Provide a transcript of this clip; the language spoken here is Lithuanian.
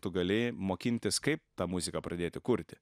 tu gali mokintis kaip tą muziką pradėti kurti